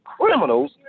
criminals